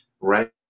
Right